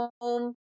home